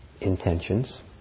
intentions